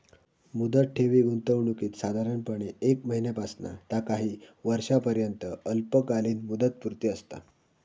मुदत ठेवी गुंतवणुकीत साधारणपणे एक महिन्यापासना ता काही वर्षांपर्यंत अल्पकालीन मुदतपूर्ती असता